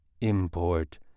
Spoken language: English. import